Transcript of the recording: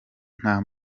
nta